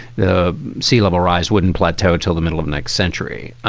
the sea level rise wouldn't plateau until the middle of next century.